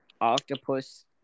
Octopus